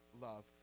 love